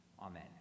Amen